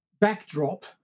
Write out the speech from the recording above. backdrop